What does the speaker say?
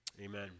Amen